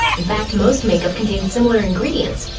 in fact, most makeup contains similar ingredients.